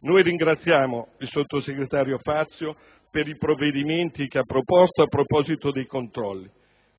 Noi ringraziamo il sottosegretario Fazio per i provvedimenti proposti sui controlli